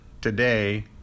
today